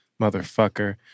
motherfucker